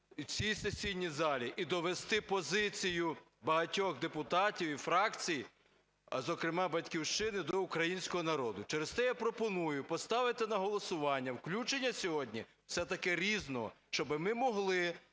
в цій сесійній залі і довести позицію багатьох депутатів і фракції, зокрема "Батьківщини", до українського народу. Через те я пропоную поставити на голосування включення сьогодні все-таки "Різного", щоб ми могли